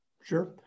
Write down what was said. Sure